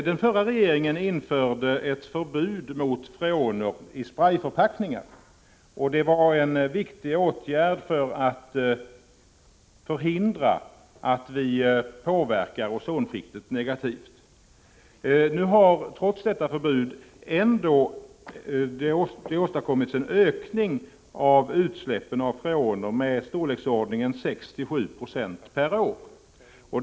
Den förra regeringen införde ett förbud mot freoner i sprejförpackningar, och det var en viktig åtgärd för att förhindra att vi påverkar ozonskiktet negativt. Trots detta förbud har det ändå skett en ökning av utsläppen av freoner i storleksordningen 6-7 96 per år.